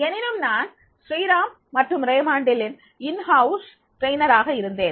எனினும் நான் ஸ்ரீராம் மற்றும் ரேமாண்டில் உள்ளிருப்பு பயிற்சி அளிப்பவராக இருந்தேன்